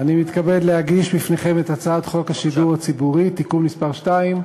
אני מתכבד להגיש לפניכם את הצעת חוק השידור הציבורי (תיקון מס' 2),